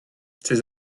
ces